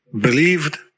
believed